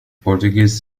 portuguese